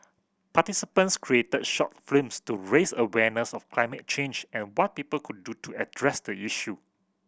participants created short films to raise awareness of climate change and what people could do to address the issue